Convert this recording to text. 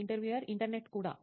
interviewer internet కూడా